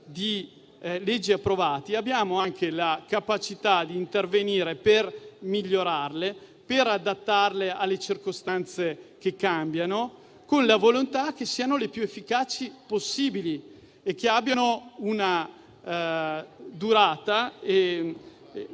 di leggi approvate, abbiamo anche la capacità di intervenire per migliorarle, per adattarle alle circostanze che cambiano, con la volontà che siano le più efficaci possibili e abbiano una durata che